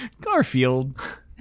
Garfield